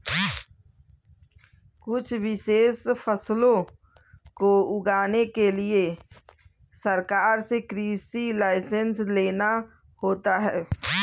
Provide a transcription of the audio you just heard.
कुछ विशेष फसलों को उगाने के लिए सरकार से कृषि लाइसेंस लेना होता है